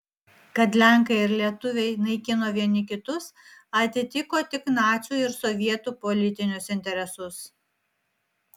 kad lenkai ir lietuviai naikino vieni kitus atitiko tik nacių ir sovietų politinius interesus